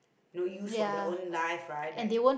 know use for their own life right like